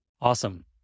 Awesome